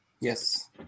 Yes